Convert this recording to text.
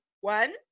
one